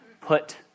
put